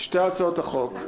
שתי הצעות החוק.